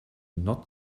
not